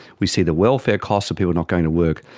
we see the welfare costs of people not going to work,